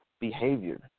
behavior